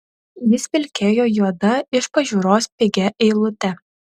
jis vilkėjo juoda iš pažiūros pigia eilute